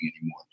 anymore